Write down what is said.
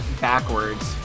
backwards